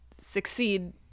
succeed